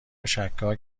شکاک